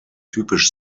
typisch